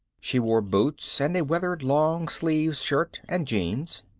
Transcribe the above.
she wore boots and a weathered long-sleeved shirt and jeans.